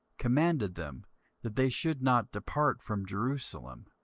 commanded them that they should not depart from jerusalem,